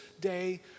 day